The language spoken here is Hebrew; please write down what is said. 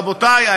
רבותי,